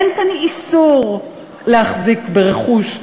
אין כאן איסור להחזיק ברכוש,